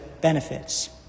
benefits